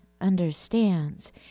understands